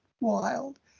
wild